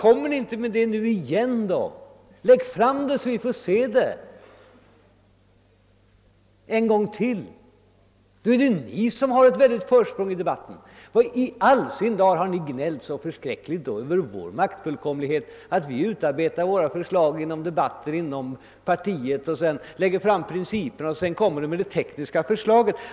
Om ni gör det är det ni som har ett stort försprång i debatten. Varför i all sin dar har ni gnällt över vår maktfullkomlighet, som tagit sig uttryck i att vi utarbetat våra tankegångar genom debatter inom partiet, att vi sedan offentliggjort principerna och att vi till sist framlagt det tekniskt utformade förslaget?